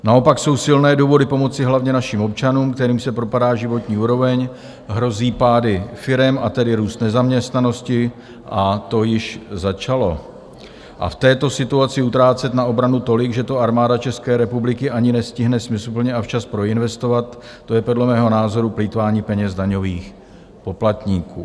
Naopak jsou silné důvody pomoci hlavně našim občanům, kterým se propadá životní úroveň, hrozí pády firem, a tedy růst nezaměstnanosti, a to již začalo, a v této situaci utrácet na obranu tolik, že to Armáda České republiky ani nestihne smysluplně a včas proinvestovat, to je podle mého názoru plýtvání penězi daňových poplatníků.